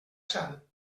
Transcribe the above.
sant